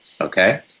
Okay